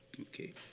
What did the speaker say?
Okay